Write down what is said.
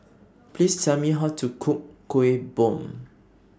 Please Tell Me How to Cook Kuih Bom